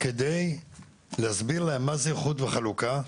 על מנת להסביר להם מה זה איחוד וחלוקה,